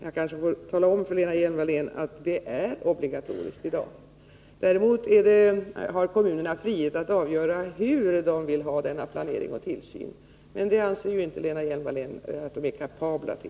Jag kanske får tala om för Lena Hjelm-Wallén att det i dag är obligatoriskt. Däremot har kommunerna frihet att själva avgöra hur denna planering och tillsyn skall gå till. Men det anser inte Lena Hjelm-Wallén att de är kapabla till.